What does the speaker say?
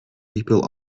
people